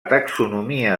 taxonomia